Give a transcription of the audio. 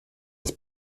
das